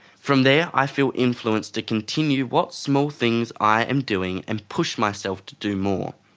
from there i feel influenced to continue what small things i am doing and push myself to do more.